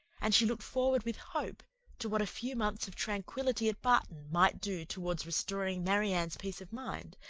and she looked forward with hope to what a few months of tranquility at barton might do towards restoring marianne's peace of mind,